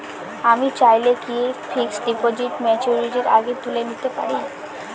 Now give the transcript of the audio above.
আমি চাইলে কি ফিক্সড ডিপোজিট ম্যাচুরিটির আগেই তুলে নিতে পারি?